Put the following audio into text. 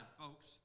folks